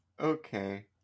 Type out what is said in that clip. Okay